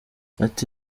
ati